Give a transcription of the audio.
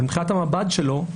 אבל מבחינת המב"ד שלו,